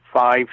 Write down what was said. five